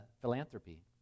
philanthropy